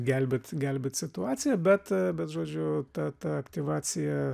gelbėt gelbėt situaciją bet bet žodžiu ta ta aktyvacija